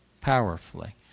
Powerfully